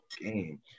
game